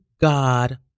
God